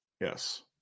Yes